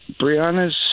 Brianna's